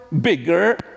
bigger